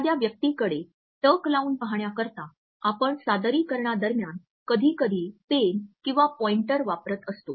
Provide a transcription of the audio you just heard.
एखाद्या व्यक्तीकडे टक लावून पाहण्याकरिता आपण सादरीकरणादरम्यान कधीकधी पेन किंवा पॉईंटर वापरत असतो